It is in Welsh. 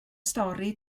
stori